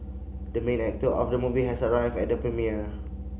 the main actor of the movie has arrived at the premiere